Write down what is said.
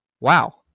wow